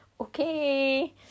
okay